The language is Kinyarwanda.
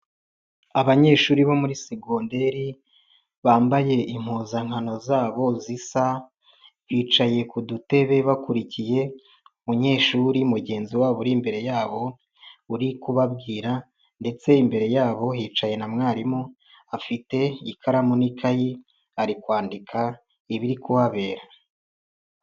Abanyeshuri bo muri segonderi bambaye impuzankano zabo zisa, bicaye ku dutebe bakurikiye umunyeshuri mugenzi wabo uri imbere yabo uri kubabwira, ndetse imbere yabo hicaye na mwarimu afite ikaramu n'ikayi ari kwandika ibiri kuhabera.